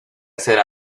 hacer